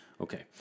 Okay